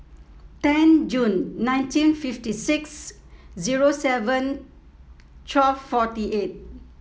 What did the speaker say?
ten June nineteen fifty six zero seven twelve forty eight